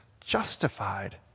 justified